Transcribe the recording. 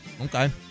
Okay